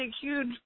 huge